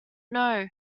know